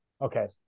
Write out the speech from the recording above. Okay